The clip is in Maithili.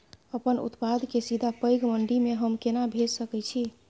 अपन उत्पाद के सीधा पैघ मंडी में हम केना भेज सकै छी?